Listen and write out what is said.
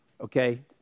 okay